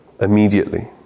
Immediately